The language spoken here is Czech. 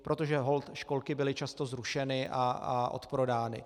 Protože holt školky byly často zrušeny a odprodány.